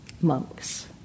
monks